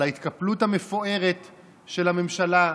על ההתקפלות המפוארת של הממשלה,